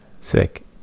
Sick